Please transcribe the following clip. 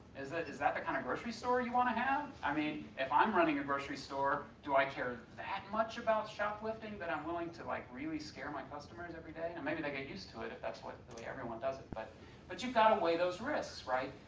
is that is that the kind of grocery store you want to have? i mean, if i'm running a grocery store, do i care that much about shoplifting that i'm willing to like really scare my customers everyday? and maybe they get used to it if that's the everyone does it, but but you've got to weigh those risks, right.